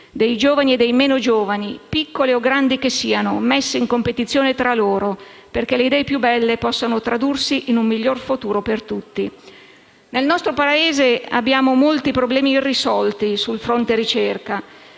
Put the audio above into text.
dei giovani e dei meno giovani, piccole o grandi che siano, messe in competizione tra loro, perché le idee più belle possano tradursi in un miglior futuro per tutti. Nel nostro Paese abbiamo molti problemi irrisolti sul fronte ricerca.